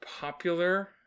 popular